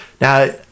Now